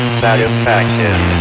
satisfaction